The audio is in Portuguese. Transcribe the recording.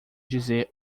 dizer